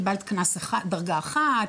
קיבלת קנס דרגה 1,